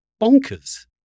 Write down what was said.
bonkers